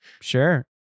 sure